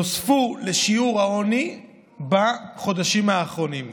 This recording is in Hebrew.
נוספו לעניים בחודשים האחרונים.